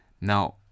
Now